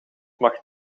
mag